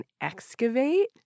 excavate